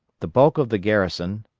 the bulk of the garrison,